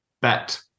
bet